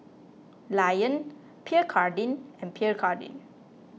Lion Pierre Cardin and Pierre Cardin